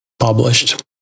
published